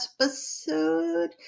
episode